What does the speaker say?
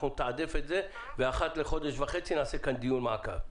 אנחנו נתעדף את זה ואחת לחודש וחצי נעשה כאן דיון מעקב.